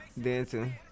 Dancing